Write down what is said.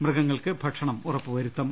മൃഗങ്ങൾക്ക് ഭക്ഷണം ഉറപ്പ് വരുത്തും